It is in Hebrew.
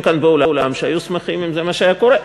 כאן באולם שהיו שמחים אם זה מה שהיה קורה.